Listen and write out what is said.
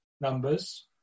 numbers